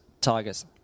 Tigers